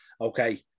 okay